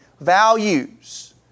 values